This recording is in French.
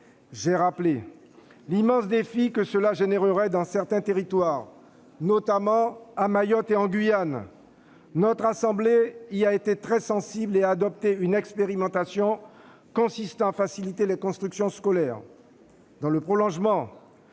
J'ai rappelé l'immense défi que cela provoquerait dans certains territoires, notamment à Mayotte et en Guyane. Le Sénat y a été très sensible et a adopté une expérimentation consistant à faciliter les constructions scolaires.